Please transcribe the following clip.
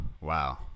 wow